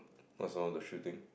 what's wrong the shooting